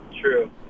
True